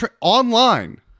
Online-